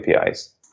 APIs